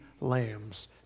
lambs